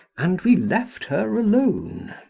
and we left her alone.